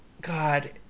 God